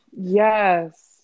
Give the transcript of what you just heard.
Yes